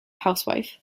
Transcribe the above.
housewife